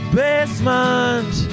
basement